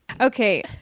Okay